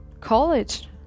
college